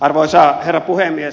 arvoisa herra puhemies